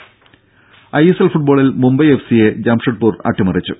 രെട I S L ഫുട്ബോളിൽ Mumbai F സിയെ ജാംഷഡ്പൂർ അട്ടിമറിച്ചു